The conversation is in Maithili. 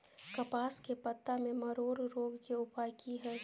कपास के पत्ता में मरोड़ रोग के उपाय की हय?